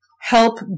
help